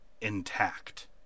intact